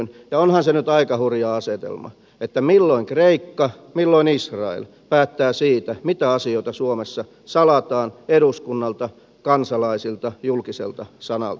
ja onhan se nyt aika hurja asetelma että milloin kreikka milloin israel päättää siitä mitä asioita suomessa salataan eduskunnalta kansalaisilta julkiselta sanalta